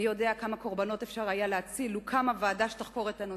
מי יודע כמה קורבנות היה אפשר להציל לו קמה ועדה שתחקור את הנושא.